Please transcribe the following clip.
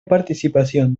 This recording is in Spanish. participación